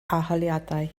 arholiadau